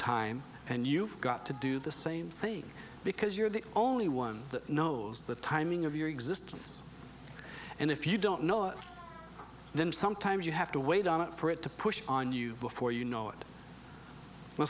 time and you've got to do the same thing because you're the only one that knows the timing of your existence and if you don't know it then sometimes you have to wait on it for it to push on you before you know it well